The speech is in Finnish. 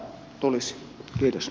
arvoisa puhemies